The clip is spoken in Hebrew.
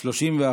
נתקבלו.